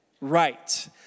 right